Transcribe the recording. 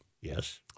Yes